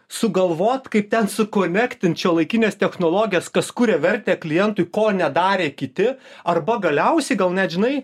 sugalvot kaip ten sukonektint šiuolaikines technologijas kas kuria vertę klientui ko nedarė kiti arba galiausiai gal net žinai